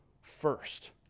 first